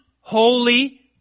holy